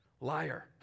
Liar